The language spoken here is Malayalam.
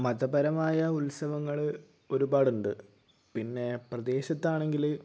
മതപരമായ ഉത്സവങ്ങൾ ഒരുപാടുണ്ട് പിന്നെ പ്രദേശത്ത് ആണെങ്കിൽ